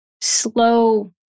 slow